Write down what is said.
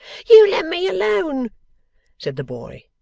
you let me alone said the boy,